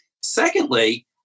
Secondly